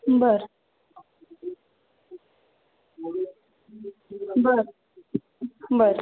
बरं बरं बरं